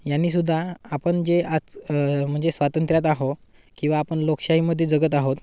यांनी सुद्धा आपण जे आज म्हणजे स्वातंत्र्यात आहो किंवा आपण लोकशाहीमध्ये जगत आहोत